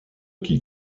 qui